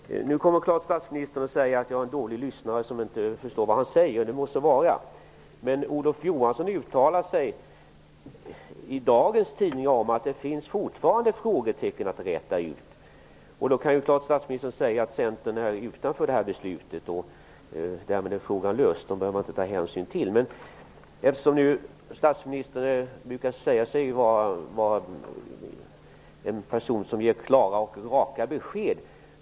Nu kommer statsministern så klart att säga att jag är en dålig lyssnare som inte förstår vad han säger, och det må så vara. Men Olof Johansson uttalar sig i dagens tidningar om att det fortfarande finns frågetecken att räta ut. Statsministern kan då säga att Centern står utanför beslutet. Frågan skulle därmed vara löst. Man behöver inte ta hänsyn till dem. Statsministern brukar säga sig vara en person som ger klara och raka besked.